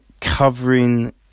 covering